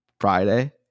Friday